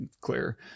clear